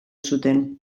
zuten